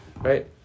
right